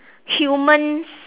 humans